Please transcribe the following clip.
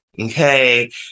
Okay